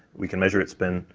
we can measure it's spin,